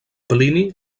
plini